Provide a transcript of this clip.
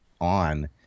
on